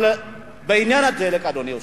אדוני היושב-ראש,